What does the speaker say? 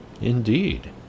Indeed